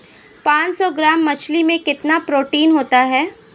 पांच सौ ग्राम मछली में कितना प्रोटीन होता है?